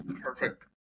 Perfect